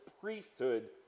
priesthood